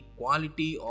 quality